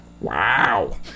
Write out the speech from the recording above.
Wow